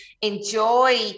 enjoy